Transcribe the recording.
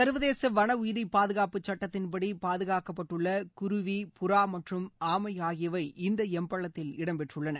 சர்வதேச வள உயிரி பாதுகாப்பு சுட்டத்தின் படி பாதுகாக்கப்பட்டுள்ள குருவி புறா மற்றும் ஆமை ஆகியவை இந்த எம்பளத்தில் இடம் பெற்றுள்ளன